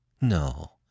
No